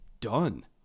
done